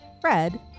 Fred